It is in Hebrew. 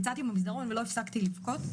יצאתי במסדרון ולא הפסקתי לבכות,